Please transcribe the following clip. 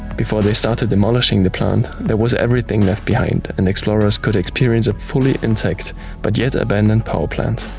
before they started demolishing the plant, there was everything left behind and explorers could experience a fully intact but yet abandoned power plant.